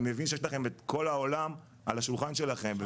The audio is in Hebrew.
מבין שיש לכם את כל העולם על השולחן שלכם,